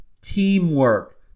Teamwork